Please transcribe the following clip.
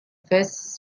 face